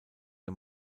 der